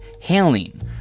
hailing